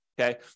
Okay